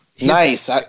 Nice